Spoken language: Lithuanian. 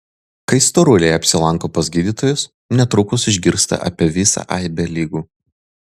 kai storuliai apsilanko pas gydytojus netrukus išgirsta apie visą aibę ligų